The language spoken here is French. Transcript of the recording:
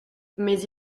mais